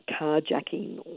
carjacking